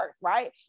Right